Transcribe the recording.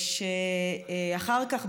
שאחר כך,